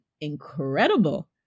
incredible